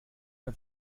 man